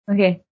Okay